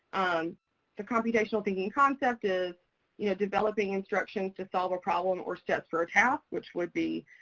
the computational thinking concept is you know developing instructions to solve a problem or steps for a task, which would be